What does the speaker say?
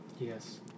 Yes